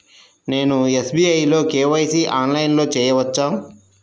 నేను ఎస్.బీ.ఐ లో కే.వై.సి ఆన్లైన్లో చేయవచ్చా?